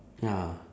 ya